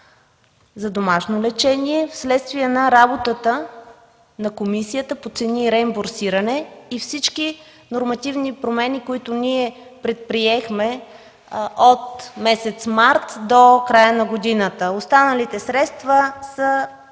за домашно лечение, вследствие на работата на Комисията по цени и реимбурсиране и всички нормативни промени, които ние предприехме от месец март до края на годината. Останалите средства са